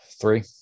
Three